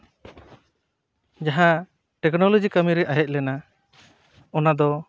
ᱡᱟᱦᱟᱸ ᱴᱮᱠᱱᱳᱞᱚᱡᱤ ᱠᱟᱹᱢᱤ ᱨᱮᱭᱟᱜ ᱦᱮᱡ ᱞᱮᱱᱟ ᱚᱱᱟᱫᱚ